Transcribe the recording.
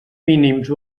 mínims